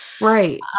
right